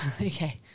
Okay